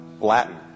Latin